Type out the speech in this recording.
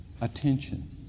attention